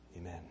Amen